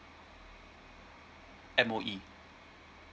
M_O_E